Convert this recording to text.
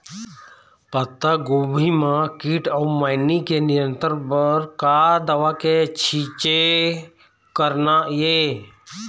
पत्तागोभी म कीट अऊ मैनी के नियंत्रण बर का दवा के छींचे करना ये?